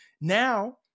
Now